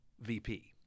VP